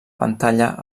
pantalla